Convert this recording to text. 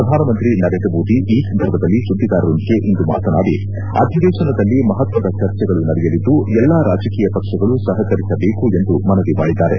ಪ್ರಧಾನಮಂತ್ರಿ ನರೇಂದ್ರ ಮೋದಿ ಈ ಸಂದರ್ಭದಲ್ಲಿ ಸುದ್ದಿಗಾರರೊಂದಿಗೆ ಇಂದು ಮಾತನಾಡಿ ಅಧಿವೇಶನದಲ್ಲಿ ಮಹತ್ವದ ಚರ್ಚೆಗಳು ನಡೆಯಲಿದ್ದು ಎಲ್ಲಾ ರಾಜಕೀಯ ಪಕ್ಷಗಳು ಸಹಕರಿಸಬೇಕೆಂದು ಮನವಿ ಮಾಡಿದ್ದಾರೆ